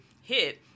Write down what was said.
hit